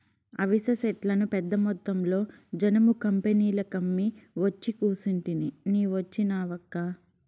అవిసె సెట్లను పెద్దమొత్తంలో జనుము కంపెనీలకమ్మి ఒచ్చి కూసుంటిని నీ వచ్చినావక్కా